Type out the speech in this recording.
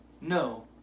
No